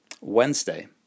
Wednesday